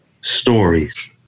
stories